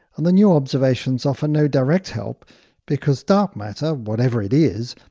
and the new observations offer no direct help because dark matter, whatever it is,